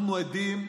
אנחנו עדים בחודשים,